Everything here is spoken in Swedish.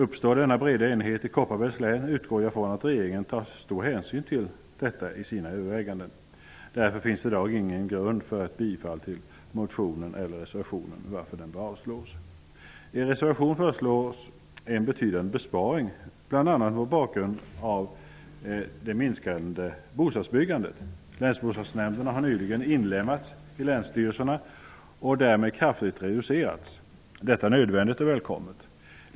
Uppstår denna breda enighet i Kopparbergs län utgår jag ifrån att regeringen tar stor hänsyn till detta i sina överväganden. Därför finns det i dag ingen grund för ett bifall till motionen eller reservationen, varför de bör avslås. I den andra reservationen föreslås en betydande besparing, bl.a. mot bakgrund av det minskade bostadsbyggandet. Länsbostadsnämnderna har nyligen inlemmats i länsstyrelserna och därmed kraftigt reducerats. Detta är nödvändigt och välkommet.